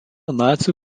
nacių